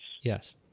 Yes